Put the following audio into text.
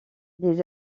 des